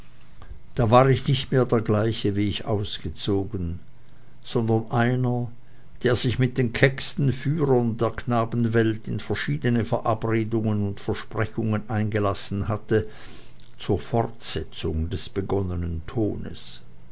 da war ich nicht mehr der gleiche wie ich ausgezogen sondern einer der sich mit den kecksten führern der knabenwelt in verschiedene verabredungen und versprechungen eingelassen hatte zur fortsetzung des begonnenen tones